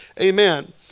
Amen